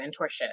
mentorship